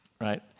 right